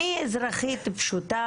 אני אזרחית פשוטה,